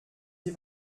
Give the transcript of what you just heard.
sie